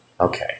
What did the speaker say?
Okay